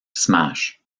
smash